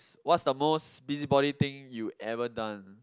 what's the most busybody thing you ever done